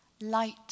Light